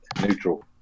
neutral